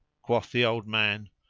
quoth the old man,